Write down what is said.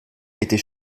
était